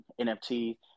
NFT